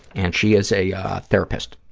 and she is a therapist,